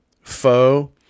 foe